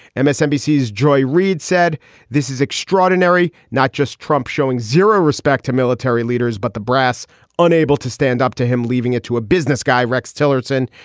and msnbc is joy reid said this is extraordinary. not just trump showing zero respect to military leaders, but the brass unable to stand up to him, leaving it to a business guy, rex tillerson,